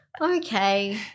Okay